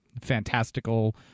fantastical